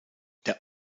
der